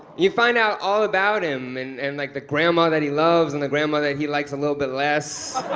you find out all about him and and like the grandma that he loves and the grandma that he likes a little bit less